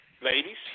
Ladies